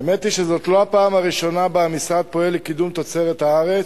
האמת היא שזאת לא הפעם הראשונה שהמשרד פועל לקידום תוצרת הארץ,